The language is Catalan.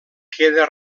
queda